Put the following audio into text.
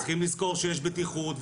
צריכים לזכור שיש בטיחות,